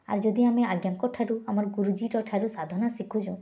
ଆଉ ଯଦି ଆମେ ଆଜ୍ଞାଙ୍କ ଠାରୁ ଆମର୍ ଗୁରୁଜୀର ଠାରୁ ସାଧନା ଶିଖୁଛୁଁ